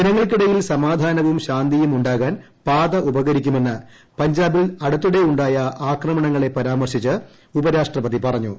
ജനങ്ങൾക്കിടയിൽ സമാധാനവും ശാന്തിയും ഉണ്ടാകാൻ പാത ഉപകരിക്കുമെന്ന് പഞ്ചാബിൽ അടുത്തിടെ ഉണ്ടായ ആക്രമണങ്ങളെ പരാമർശിച്ച് ഉപരാഷ്ട്രപതി പറഞ്ഞു